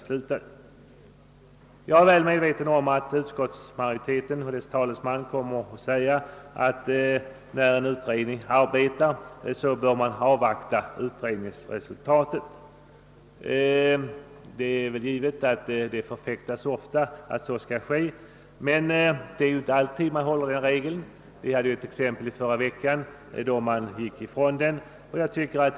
Jag är väl medveten om att utskottsmajoriteten och dess talesman kommer att säga att man bör avvakta resultatet av en pågående utredning. Det är givet att i regel bör så ske. Men man håller ju inte alltid på den regeln, och i förra veckan frångicks den när det gällde släpfordonsskatten.